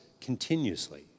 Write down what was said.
continuously